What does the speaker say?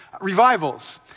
revivals